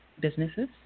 businesses